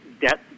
debt